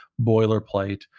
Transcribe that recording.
boilerplate